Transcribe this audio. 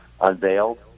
unveiled –